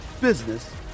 business